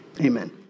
Amen